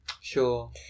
Sure